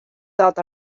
dat